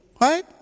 right